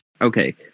Okay